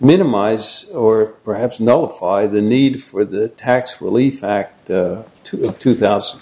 minimize or perhaps notify the need for the tax relief act to two thousand and